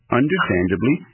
understandably